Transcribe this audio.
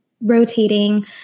rotating